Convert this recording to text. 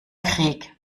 krieg